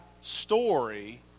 story